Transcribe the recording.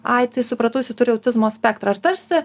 ai tai supratau jisai turi autizmo spektrą ir tarsi